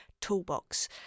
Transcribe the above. toolbox